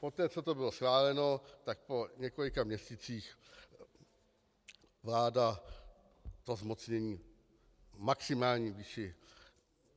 Poté co to bylo schváleno, tak po několika měsících vláda to zmocnění v maximální výši